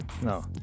No